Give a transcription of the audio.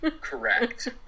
Correct